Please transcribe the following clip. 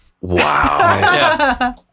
Wow